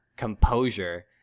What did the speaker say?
composure